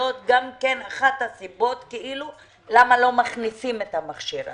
אחת הסיבות שבגללן לא מכניסים את המכשיר.